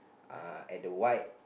uh at the white